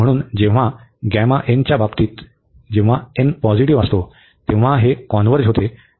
म्हणून जेव्हा च्या बाबतीत जेव्हा पॉझिटिव्ह असतो तेव्हा हे कॉन्व्हर्ज होते